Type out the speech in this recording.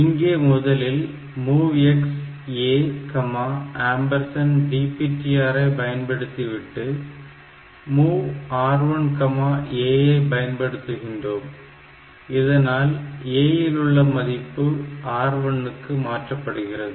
இங்கே முதலில் MOVX ADPTR ஐ பயன்படுத்திவிட்டு MOV R1A ஐ பயன்படுத்துகிறோம் இதனால் A இல் உள்ள மதிப்பு R1 இக்கு மாற்றப்படுகிறது